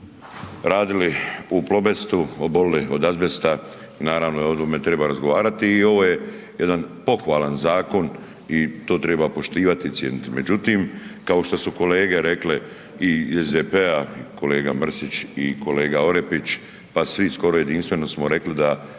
radili u Plobestu, obolili od azbesta, naravno da o tome treba razgovarati i ovo je jedan pohvalan zakon i to treba poštivati i cijeniti. Međutim, kao što su kolege rekle iz SDP-a i kolega Mrsić i kolega Orepić, pa svi skoro jedinstveno smo rekli da